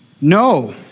No